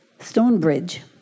Stonebridge